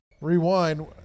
Rewind